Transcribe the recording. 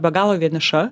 be galo vieniša